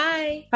Bye